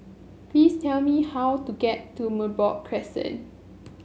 please tell me how to get to Merbok Crescent